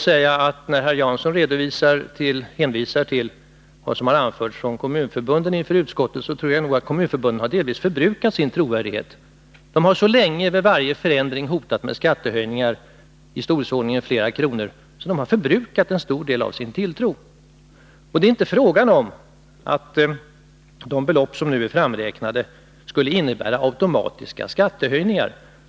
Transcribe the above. När herr Jansson hänvisar till vad som har anförts från kommunförbunden inför utskottet så får jag lov att säga, att jag tror att kommunförbunden delvis har förbrukat sin trovärdighet. De har så länge, vid varje förändring, hotat med skattehöjningar av storleksordningen flera kronor, att man faktiskt har förlorat en stor del av tilltron till dem. Det är inte fråga om att de belopp som nu är framräknade skulle innebära automatiska skattehöjningar.